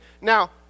Now